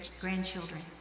grandchildren